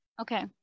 Okay